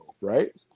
right